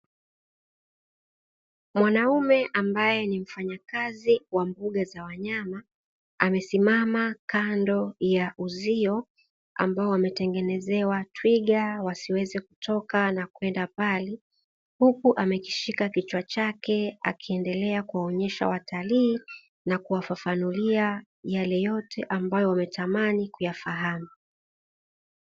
Mwanaume ambaye ni mfanyakazi wa mbuga za wanyama amesimama kando ya uzio ambao wametengenezewa twiga wasiweze kutoka na kwenda mbali, huku amekishika kichwa chake akiendelea kuwanyesha watalii na kuwafafanulia yale yote ambayo wametamani kuyafahamu.